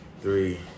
Three